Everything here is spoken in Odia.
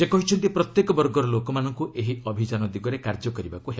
ସେ କହିଛନ୍ତି ପ୍ରତ୍ୟେକ ବର୍ଗର ଲୋକମାନଙ୍କୁ ଏହି ଅଭିଯାନ ଦିଗରେ କାର୍ଯ୍ୟ କରିବାକୁ ହେବ